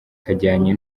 kajyanye